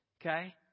Okay